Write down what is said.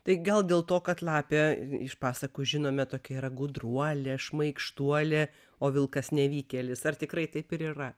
tai gal dėl to kad lapė iš pasakų žinome tokia yra gudruolė šmaikštuolė o vilkas nevykėlis ar tikrai taip ir yra